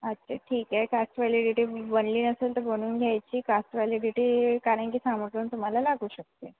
अच्छा ठीक आहे कास्ट वॅलिडिटी बनली नसेल तर बनवून घ्यायची कास्ट वॅलिडिटी कारण की समोरून तुम्हाला लागू शकते